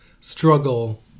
struggle